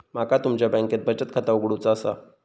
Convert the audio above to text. माका तुमच्या बँकेत बचत खाता उघडूचा असा?